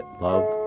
love